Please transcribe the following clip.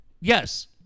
Yes